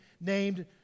named